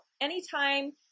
anytime